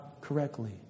correctly